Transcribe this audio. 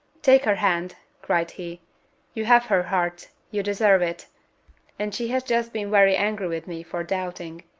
take her hand, cried he you have her heart you deserve it and she has just been very angry with me for doubting.